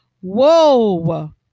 whoa